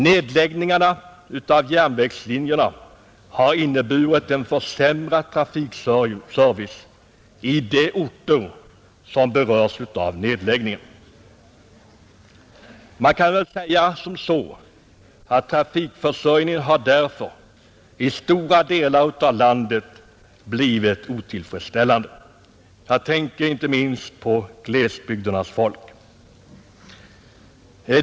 Nedläggningen av järnvägslinjerna har inneburit en försämrad trafikservice i de orter som berörs av nedläggningen. Man kan säga att trafikförsörjningen därför i stora delar av landet har blivit otillfredsställande. Jag tänker inte minst på glesbygdernas folk.